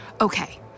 okay